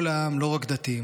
/ כל העם, לא רק דתיים.